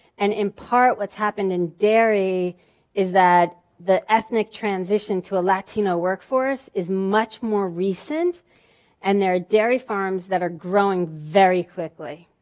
and in part, what's happening in dairy is that the ethnic transition to a latino workforce is much more recent and there are dairy farms that are growing very quickly.